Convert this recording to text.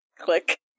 Click